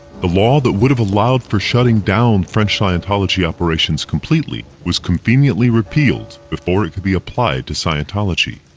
the law that would have allowed for shutting down french scientology operations completely was conveniently repealed before it could be applied to scientology.